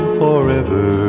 forever